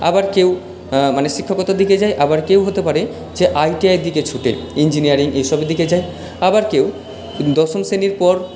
আবার কেউ মানে শিক্ষকতার দিকে যায় আবার কেউ হতে পারে যে আইটিআইয়ের দিকে ছুটে ইঞ্জিনিয়ারিং এইসব দিকে যায় আবার কেউ দশম শ্রেণীর পর